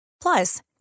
Plus